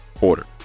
order